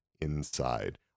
inside